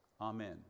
Amen